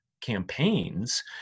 campaigns